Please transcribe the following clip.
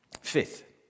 Fifth